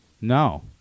no